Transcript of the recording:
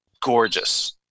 gorgeous